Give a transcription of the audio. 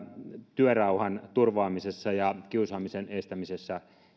työrauhan turvaamiseksi ja ja kiusaamisen estämiseksi